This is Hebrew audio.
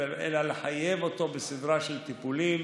בסדרה של טיפולים,